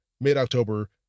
mid-October